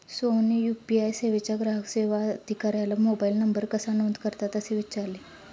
सोहनने यू.पी.आय सेवेच्या ग्राहक सेवा अधिकाऱ्याला मोबाइल नंबर कसा नोंद करतात असे विचारले